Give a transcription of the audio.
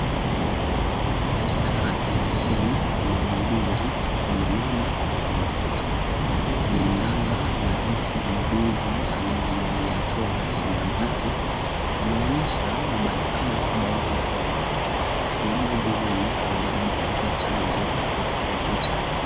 Katika eneo hili kuna muuguzi, kuna mama, kuna mtoto. LKulingana na vile muuguzi alivyoielekeza sindano yake, inaonyesha au kubaini kwamba, muuguzi huyu anajaribu kumpa chanjo mtoto huyu mchanga.